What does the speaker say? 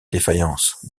défaillances